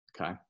Okay